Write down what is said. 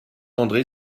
andré